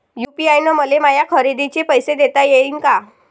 UPI न मले माया खरेदीचे पैसे देता येईन का?